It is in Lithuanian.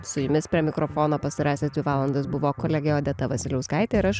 su jumis prie mikrofono pastarąsias dvi valandas buvo kolegė odeta vasiliauskaitė ir aš